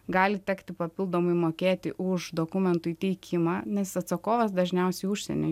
gali tekti papildomai mokėti už dokumentų įteikimą nes atsakovas dažniausiai užsieniui